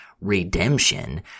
redemption